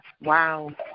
Wow